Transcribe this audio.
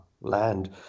land